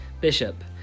Bishop